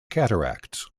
cataracts